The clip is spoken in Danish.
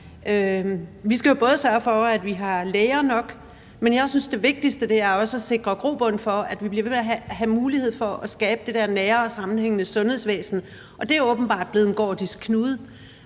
Vi skal sørge for, at vi har læger nok, men jeg synes også, at det vigtigste er at sikre grobund for, at vi bliver ved med at have mulighed for at skabe det her nære og sammenhængende sundhedsvæsen. Og det er åbenbart blevet en gordisk knude.